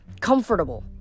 comfortable